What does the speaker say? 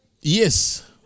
Yes